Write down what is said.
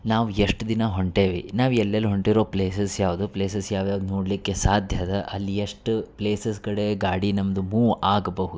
ನಾವು ಎಷ್ಟು ದಿನ ಹೊಂಟೇವಿ ನಾವು ಎಲ್ಲಿ ಎಲ್ಲಿ ಹೊಂಟಿರುವ ಪ್ಲೇಸಸ್ ಯಾವುದು ಪ್ಲೇಸಸ್ ಯಾವ ಯಾವ್ದು ನೋಡಲಿಕ್ಕೆ ಸಾಧ್ಯದ ಅಲ್ಲಿ ಎಷ್ಟು ಪ್ಲೇಸಸ್ ಕಡೆ ಗಾಡಿ ನಮ್ಮದು ಮೂವ್ ಆಗ್ಬಹುದು